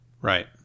Right